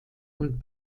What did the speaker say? und